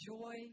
joy